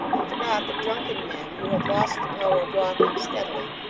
and forgot that drunken men who have lost the power of walking steadily,